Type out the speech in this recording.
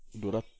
dua ra~